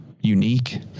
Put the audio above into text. unique